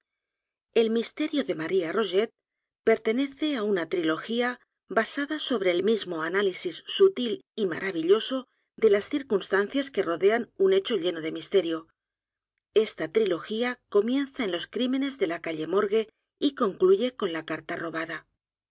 el misterio de mario rogét pertenece á una trilogía basada sobre el mismo análisis sutil y maravilloso de las circunstancias que rodean un hecho lleno de misterio esta trilogía comienza en los crímenes de la calle morgue y concluye con la carta bobada